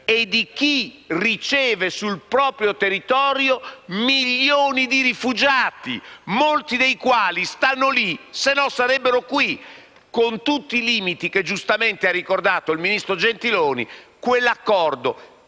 e di chi riceve sul proprio territorio milioni di rifugiati, molti dei quali sono lì altrimenti starebbero qui. Con tutti i limiti giustamente ricordati dal ministro Gentiloni, quell'accordo,